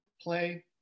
play